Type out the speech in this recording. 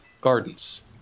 gardens